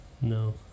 No